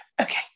Okay